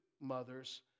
mothers